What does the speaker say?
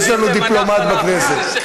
יש לנו דיפלומט בכנסת.